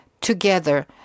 together